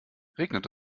regnet